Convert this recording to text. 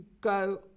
go